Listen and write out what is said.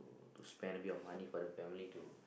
spend a bit of money for the family to